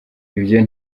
ibyo